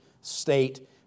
state